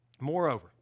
Moreover